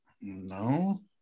no